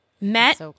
met